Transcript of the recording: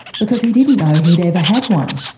because he didn't know he'd ever had one.